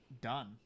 done